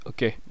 Okay